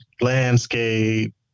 landscape